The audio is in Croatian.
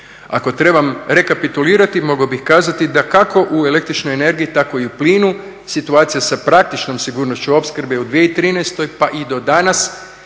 Ako trebam rekapitulirati mogao bih kazati da kako u električnoj energiji tako i u plinu situacija sa praktičnom sigurnošću opskrbe u 2013. pa i do danas